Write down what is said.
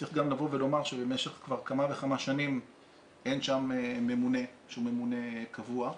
צריך לומר שבמשך כבר כמה וכמה שנים אין שם ממונה שהוא ממונה קבוע,